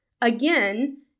again